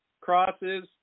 crosses